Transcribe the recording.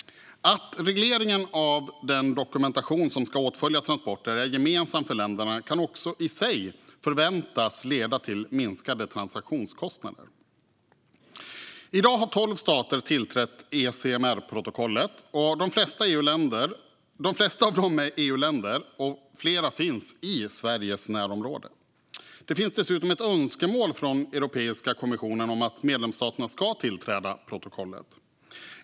Att regleringen av den dokumentation som ska åtfölja transporter är gemensam för länderna kan också i sig förväntas leda till minskade transaktionskostnader. I dag har tolv stater tillträtt e-CMR-protokollet. De flesta av dem är EU-länder, och flera finns i Sveriges närområde. Det finns dessutom ett önskemål från Europeiska kommissionen om att medlemsstaterna ska tillträda protokollet.